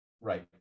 Right